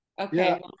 okay